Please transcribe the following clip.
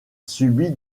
subit